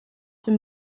dem